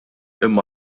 imma